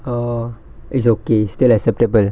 oh it's okay still acceptable